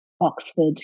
Oxford